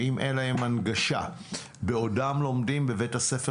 ואם אין להם הנגשה בעודם לומדים בבית הספר